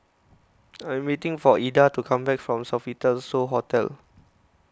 I am waiting for Eda to come back from Sofitel So Hotel